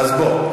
אז בוא,